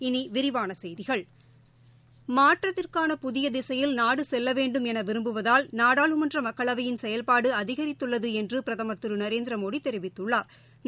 இனி விரிவான செய்திகள் மாற்றத்திற்கான புதிய திசையில் நாடு செல்ல வேண்டும் என விரும்புவதால் நாடாளுமன்ற மக்களவையின் செயல்பாடு அதிகரித்துள்ளது என்று பிரம் திரு நரேந்திரமோடி தெரிவித்துள்ளாா்